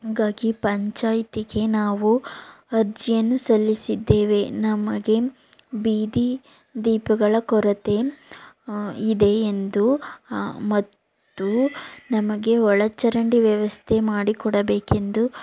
ಹೀಗಾಗಿ ಪಂಚಾಯಿತಿಗೆ ನಾವು ಅರ್ಜಿಯನ್ನು ಸಲ್ಲಿಸಿದ್ದೇವೆ ನಮಗೆ ಬೀದಿ ದೀಪಗಳ ಕೊರತೆ ಇದೆ ಎಂದು ಮತ್ತು ನಮಗೆ ಒಳಚರಂಡಿ ವ್ಯವಸ್ಥೆ ಮಾಡಿಕೊಡಬೇಕೆಂದು